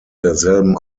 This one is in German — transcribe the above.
derselben